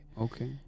Okay